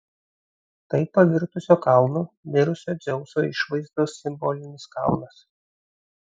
tai pavirtusio kalnu mirusio dzeuso išvaizdos simbolinis kalnas